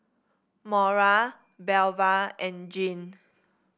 Mora Belva and Jeane